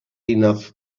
enough